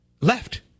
left